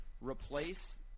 replace